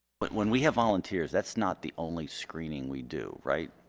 but when we have volunteers that's not the only screening we do right